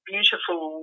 beautiful